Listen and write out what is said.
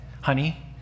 honey